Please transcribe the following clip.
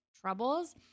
troubles